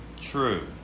True